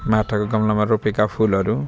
माटाका गमलामा रोपेका फुलहरू